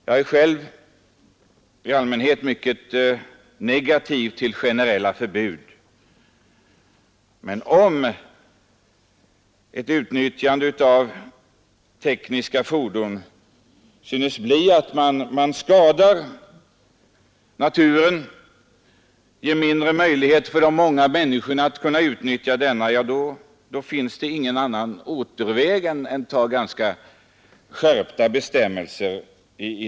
Jag är själv i allmänhet mycket negativ till generella förbud, men om ett användande av tekniska fordon synes medföra att man skadar naturen och ger mindre möjlighet för de många människorna att utnyttja den finns ingen annan utväg än att anta skärpta bestämmelser.